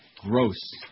gross